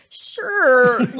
sure